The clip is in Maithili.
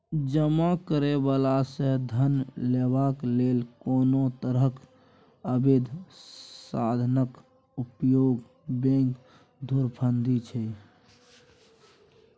जमा करय बला सँ धन लेबाक लेल कोनो तरहक अबैध साधनक उपयोग बैंक धुरफंदी छै